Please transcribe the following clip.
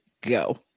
go